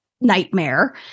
nightmare